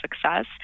success